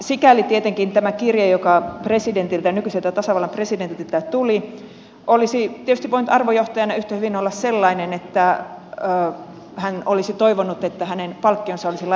sikäli tietenkin tämä kirje joka nykyiseltä tasavallan presidentiltä tuli olisi tietysti voinut arvojohtajalta yhtä hyvin olla sellainen että hän olisi toivonut että hänen palkkionsa olisi laitettu verolle